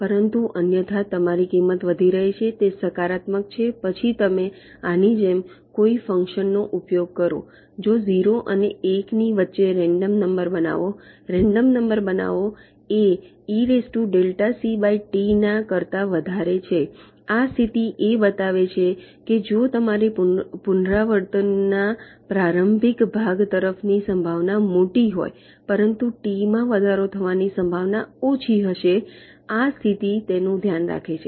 પરંતુ અન્યથા તમારી કિંમત વધી રહી છે તે સકારાત્મક છે પછી તમે આની જેમ કોઈ ફંક્શન નો ઉપયોગ કરો જો 0 અને 1 ની વચ્ચે રેન્ડમ નંબર બનાવો રેન્ડમ નંબર બનાવો એ ના કરતા વધારે છે આ સ્થિતિ એ બનાવે છે કે જો તમારી પુનરાવૃત્તિના પ્રારંભિક ભાગ તરફની સંભાવના મોટી હોય પરંતુ ટી માં વધારો થવાની સંભાવના ઓછી હશે આ સ્થિતિ તેનું ધ્યાન રાખે છે